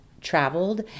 traveled